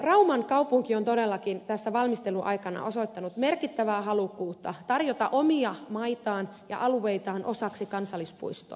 rauman kaupunki on todellakin tässä valmistelun aikana osoittanut merkittävää halukkuutta tarjota omia maitaan ja alueitaan osaksi kansallispuistoa